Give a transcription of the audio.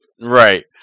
Right